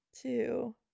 two